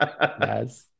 Yes